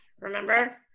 remember